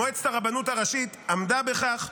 מועצת הרבנות הראשית עמדה בכך,